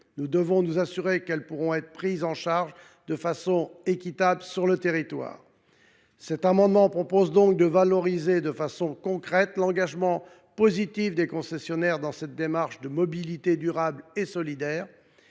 nous devons nous assurer qu’elles pourront être prises en charge de façon équitable sur le territoire. Cet amendement vise donc à valoriser de façon concrète l’engagement positif des concessionnaires dans la démarche de mobilité durable et solidaire.